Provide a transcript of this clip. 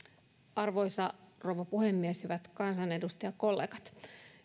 arvoisa rouva puhemies hyvät kansanedustajakollegat